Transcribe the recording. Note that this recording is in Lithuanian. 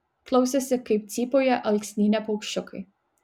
klausėsi kaip cypauja alksnyne paukščiukai